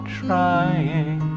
trying